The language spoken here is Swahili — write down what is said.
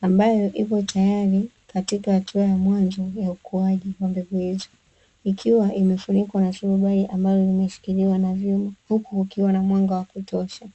ambayo ipo tayari katika hatua ya mwanzo ya ukuaji wa mbegu hizo. Ikiwa imefunikwa na turubai ambalo limeshikiliwa na vyuma, Huku kukiwa na mwanga wa kutosha.